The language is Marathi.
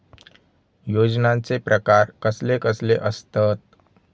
योजनांचे प्रकार कसले कसले असतत?